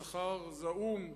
שכר זעום,